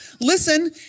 listen